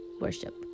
Worship